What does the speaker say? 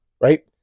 right